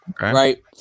right